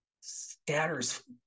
scatters